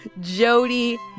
Jody